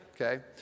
Okay